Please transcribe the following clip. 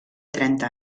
trenta